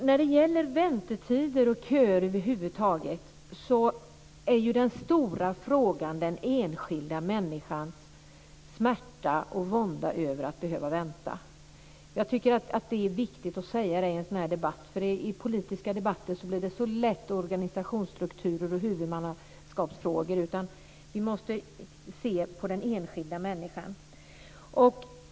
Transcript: När det gäller väntetider och köer över huvud taget, är den stora frågan den enskilda människans smärta och vånda över att behöva vänta. Det är viktigt att säga detta i en sådan här debatt. I politiska debatter blir det så lätt en diskussion om organisationsstrukturer och huvudmannaskap. Man måste se den enskilda människan.